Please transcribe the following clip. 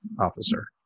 officer